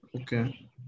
Okay